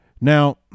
Now